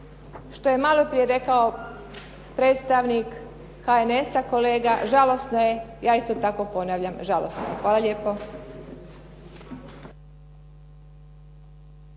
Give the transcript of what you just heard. Što je maloprije rekao predstavnik HNS-a, kolega, žalosno je, ja isto tako ponavljam, žalosno je. Hvala lijepo.